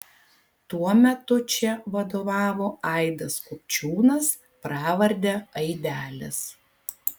tuo metu čia vadovavo aidas kupčiūnas pravarde aidelis